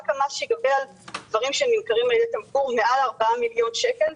רק המס שייגבה על דברים שנמכרים על-ידי טמבור הם מעל 4 מיליון שקל,